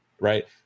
right